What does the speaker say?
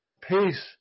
peace